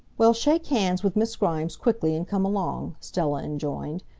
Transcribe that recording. well, shake hands with miss grimes quickly and come along, stella enjoined.